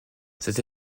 cette